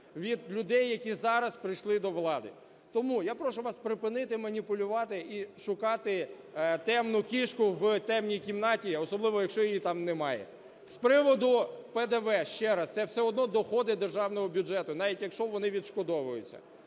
від людей, які зараз прийшли до влади. Тому я прошу вас припинити маніпулювати і шукати "темну кішку в темній кімнаті", а особливо якщо її там немає. З приводу ПДВ. Ще раз, це все одно доходи державного бюджету, навіть якщо вони відшкодовуються.